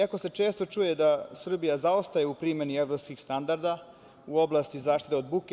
Jako se često čuje da Srbija zaostaje u primeni evropskih standarda u oblasti zaštite od buke.